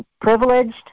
privileged